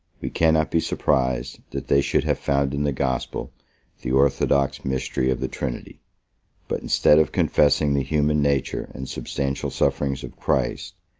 we cannot be surprised, that they should have found in the gospel the orthodox mystery of the trinity but, instead of confessing the human nature and substantial sufferings of christ,